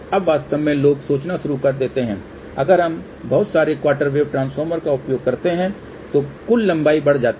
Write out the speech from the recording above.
अब वास्तव में लोग सोचना शुरू कर देते हैं अगर हम बहुत सारे क्वार्टर वेव ट्रांसफार्मर का उपयोग करते हैं तो कुल लंबाई बढ़ जाती है